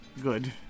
good